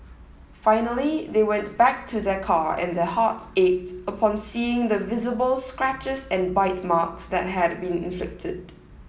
finally they went back to their car and their hearts ached upon seeing the visible scratches and bite marks that had been inflicted